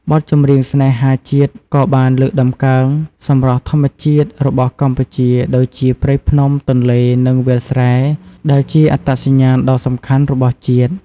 បទចម្រៀងស្នេហាជាតិក៏បានលើកតម្កើង សម្រស់ធម្មជាតិ របស់កម្ពុជា ដូចជាព្រៃភ្នំ ទន្លេ និងវាលស្រែ ដែលជាអត្តសញ្ញាណដ៏សំខាន់របស់ជាតិ។